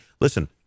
Listen